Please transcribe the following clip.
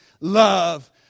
love